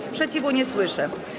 Sprzeciwu nie słyszę.